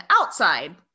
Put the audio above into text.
outside